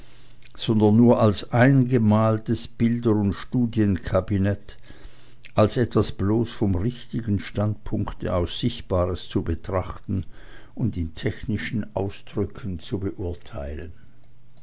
sondern nur als ein gemaltes bilder und studienkabinett als etwas bloß vom richtigen standpunkte aus sichtbares zu betrachten und in technischen ausdrücken zu beurteilen